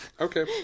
Okay